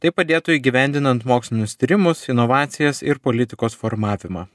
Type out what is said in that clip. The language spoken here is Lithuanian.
tai padėtų įgyvendinant mokslinius tyrimus inovacijas ir politikos formavimą